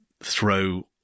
throw